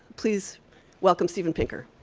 please welcome steven pinker.